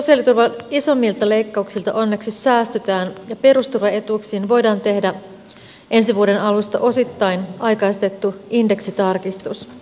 sosiaaliturvan isommilta leikkauksilta onneksi säästytään ja perusturvaetuuksiin voidaan tehdä ensi vuoden alusta osittain aikaistettu indeksitarkistus